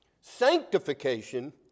Sanctification